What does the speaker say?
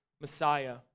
Messiah